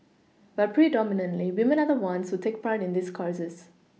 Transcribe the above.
but predominantly women are the ones who take part in these courses